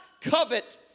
covet